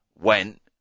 went